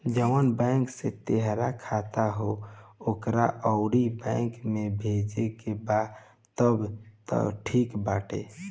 जवना बैंक के तोहार खाता ह अगर ओही बैंक में भेजे के बा तब त ठीक बाटे